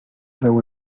deu